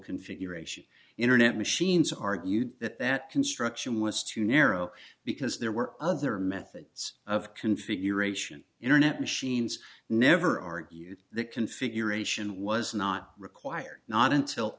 configuration internet machines argued that that construction was too narrow because there were other methods of configuration internet machines never argued that configuration was not required not until